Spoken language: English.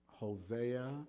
Hosea